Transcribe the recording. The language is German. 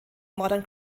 modern